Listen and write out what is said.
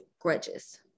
grudges